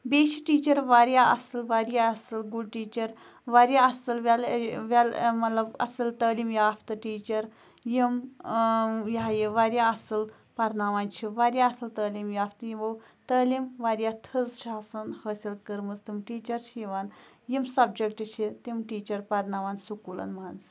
بیٚیہِ چھِ ٹیٖچَر واریاہ اَصٕل واریاہ اَصٕل گُڈ ٹیٖچَر واریاہ اَصٕل وٮ۪ل اےٚ وٮ۪ل مطلب اَصٕل تٲلیٖم یافتہٕ ٹیٖچَر یِم یہِ ہا یہِ واریاہ اَصٕل پَرناوان چھِ واریاہ اَصٕل تٲلیٖم یافتہٕ یِمو تٲلیٖم واریاہ تھٔز چھِ آسان حٲصِل کٔرمٕژ تِم ٹیٖچَر چھِ یِوان یِم سَبجَکٹ چھِ تِم ٹیٖچَر پَرناوان سکوٗلَن منٛز